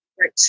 Right